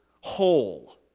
whole